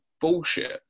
bullshit